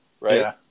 right